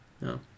No